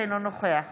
אינו נוכח